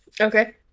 Okay